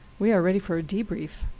we are ready for a debrief.